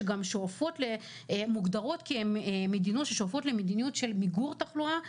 שגם מוגדרות כמדינות ששואפות למדיניות של מיגור תחלואה,